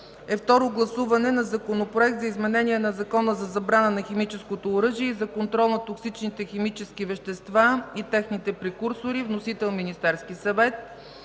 е Второ гласуване на Законопроект за изменение на Закона за забрана на химическото оръжие и за контрол на токсичните химически вещества и техните прекурсори. Вносител – Министерският съвет.